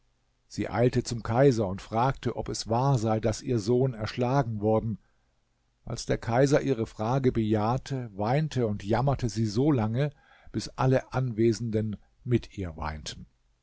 sie eilte zum kaiser und fragte ob es wahr sei daß ihr sohn erschlagen worden als der kaiser ihre frage bejahte weinte und jammerte sie so lange bis alle anwesenden mit ihr weinten